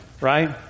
right